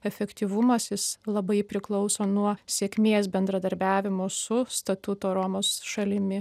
efektyvumas jis labai priklauso nuo sėkmės bendradarbiavimo su statuto romos šalimi